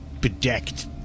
bedecked